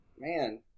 Man